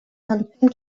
function